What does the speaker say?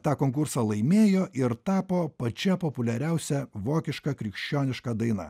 tą konkursą laimėjo ir tapo pačia populiariausia vokiška krikščioniška daina